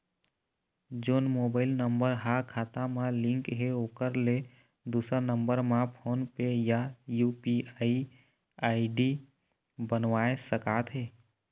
जोन mobile number हा खाता मा लिन्क हे ओकर ले दुसर नंबर मा फोन पे या यू.पी.आई आई.डी बनवाए सका थे?